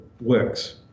works